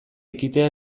ekitea